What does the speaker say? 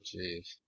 jeez